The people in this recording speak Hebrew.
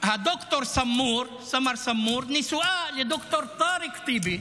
הד"ר סמור, סאמר סמור, נשואה לד"ר טארק טיבי.